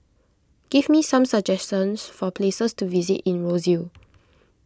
give me some suggestions for places to visit in Roseau